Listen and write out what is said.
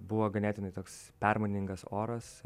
buvo ganėtinai toks permainingas oras